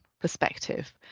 perspective